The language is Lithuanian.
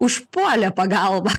užpuolė pagalba